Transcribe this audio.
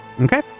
Okay